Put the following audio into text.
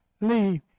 leave